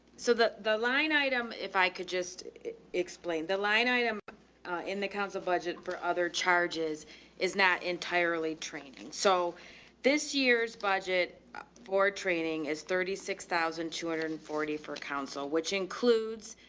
so the, the line item, if i could just explain the line item in the council budget for other charges is not entirely training. so this year's budget for training is thirty six thousand two hundred and forty for council, which includes,